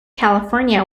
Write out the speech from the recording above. california